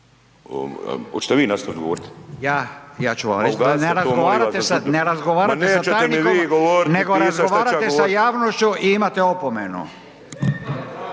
Ja? Ja ću vam reć da ne razgovarate, ne razgovarate sa tajnikom nego razgovarate sa javnošću i imate opomenu.